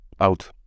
out